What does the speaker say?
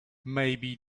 maybe